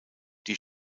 die